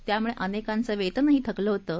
त्यामुळे अनेकांचं वेतनही थकलं होतं